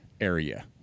area